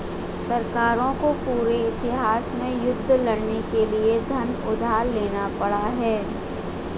सरकारों को पूरे इतिहास में युद्ध लड़ने के लिए धन उधार लेना पड़ा है